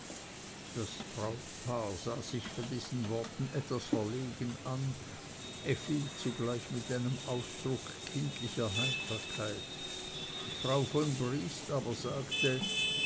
das brautpaar sah sich bei diesen worten etwas verlegen an effi zugleich mit einem ausdruck kindlicher heiterkeit frau von briest aber sagte